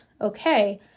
okay